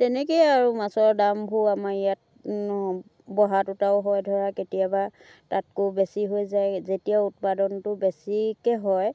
তেনেকৈয়ে আৰু মাছৰ দামবোৰ আমাৰ ইয়াত বঢ়া টুটাও হয় ধৰা কেতিয়াবা তাতকৈ বেছি হৈ যায় যেতিয়া উৎপাদনটো বেছিকৈ হয়